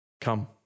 Come